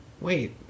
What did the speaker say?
wait